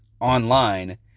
online